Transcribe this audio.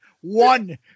one